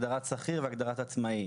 הגדרת שכיר והגדרת עצמאי.